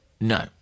No